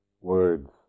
words